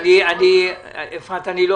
אני לא